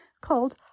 called